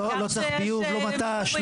הם לא צריכים לא מת"ש,